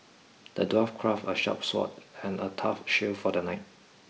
the dwarf crafted a sharp sword and a tough shield for the knight